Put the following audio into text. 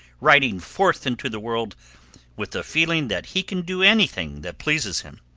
riding forth into the world with a feeling that he can do anything that pleases him,